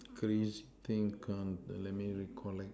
Christine come let me recollect